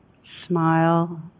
Smile